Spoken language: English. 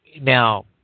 now